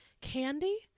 candy